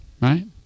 Right